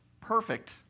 perfect